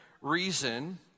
reason